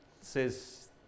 says